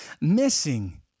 missing